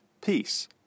peace